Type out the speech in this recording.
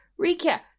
recap